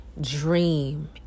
dream